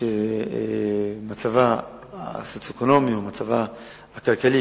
שמצבה הסוציו-אקונומי או מצבה הכלכלי,